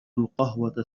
القهوة